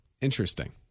Interesting